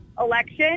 election